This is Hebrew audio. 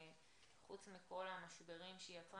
חוץ מכל המשברים שהיא יצרה,